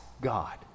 God